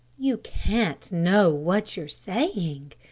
you can't know what you're saying,